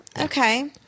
Okay